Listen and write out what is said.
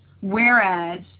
whereas